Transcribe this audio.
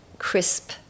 crisp